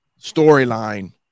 storyline